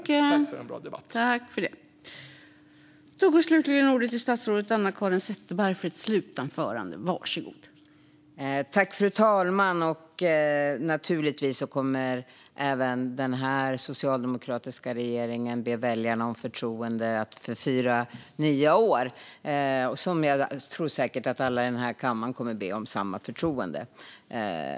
Tack för en bra debatt!